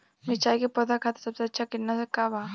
मिरचाई के पौधा खातिर सबसे अच्छा कीटनाशक का बा?